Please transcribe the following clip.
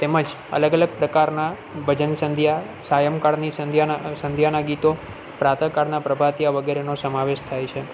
તેમ જ અલગ અલગ પ્રકારના ભજન સંધ્યા સાયમ કાળની સંધ્યાના સંધ્યાના ગીતો પ્રાત કાળના પ્રભાતિયા વગેરેનો સમાવેશ થાય છે